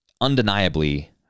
undeniably